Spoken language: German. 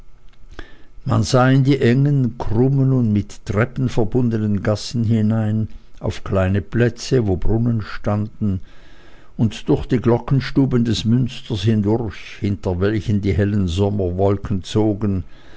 man sah in die engen krummen und mit treppen verbundenen gassen hinein auf kleine plätze wo brunnen standen und durch die glockenstuben des münsters hindurch hinter welchen die hellen sommerwolken zogen